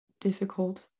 difficult